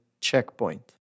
CHECKPOINT